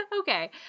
Okay